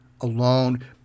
alone